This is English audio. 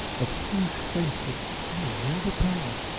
of whose friendship i am rather proud,